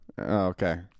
Okay